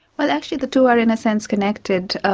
well actually the two are in a sense connected.